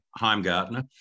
Heimgartner